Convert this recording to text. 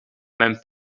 mijn